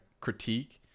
critique